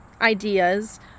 ideas